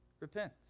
repent